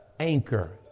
Anchor